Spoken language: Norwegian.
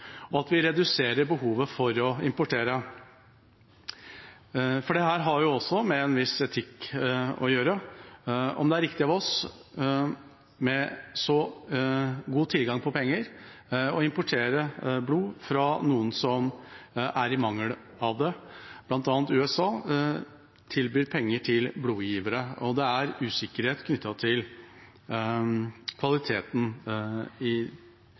og at vi reduserer behovet for å importere, for dette har også med en viss etikk å gjøre. Er det riktig av oss, som har så god tilgang på penger, å importere blod fra noen som er i mangel av det? Blant annet USA tilbyr penger til blodgivere. Det er usikkerhet knyttet til kvaliteten